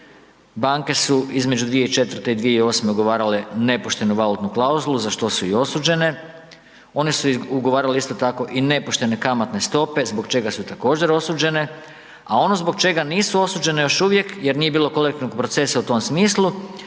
Banke su između 2004. i 2008. ugovarale nepoštenu valutnu klauzulu, za što su i osuđene, one su ugovarale isto tako i nepoštene kamatne stope, zbog čega su također, osuđene, a ono zbog čega nisu osuđene još uvijek jer nije bilo kolektivnog procesa u tom smislu,